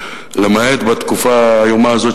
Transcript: למעט בתקופה האיומה הזאת,